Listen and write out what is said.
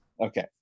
Okay